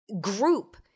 group